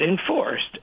enforced